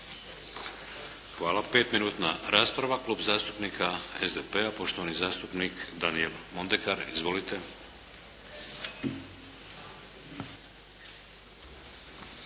Hvala. Pet minutna rasprava Klub zastupnika SDP-a, poštovani zastupnik Danijel Mondekar. Izvolite.